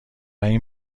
این